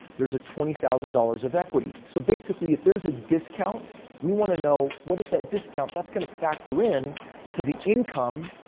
there's a twenty thousand dollars of equity. so, basically if there's a discount, we want to know what is that discount? that's going to factor in to the income.